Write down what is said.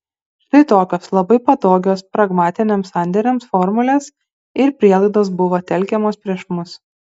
štai tokios labai patogios pragmatiniams sandėriams formulės ir prielaidos buvo telkiamos prieš mus